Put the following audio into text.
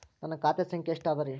ನನ್ನ ಖಾತೆ ಸಂಖ್ಯೆ ಎಷ್ಟ ಅದರಿ?